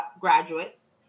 graduates